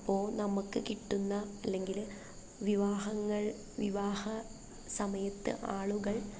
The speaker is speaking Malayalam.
അപ്പോൾ നമുക്ക് കിട്ടുന്ന അല്ലെങ്കിൽ വിവാഹങ്ങൾ വിവാഹസമയത്ത് ആളുകൾ